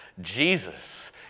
Jesus